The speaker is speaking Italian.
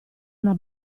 una